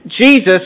Jesus